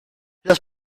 los